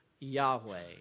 Yahweh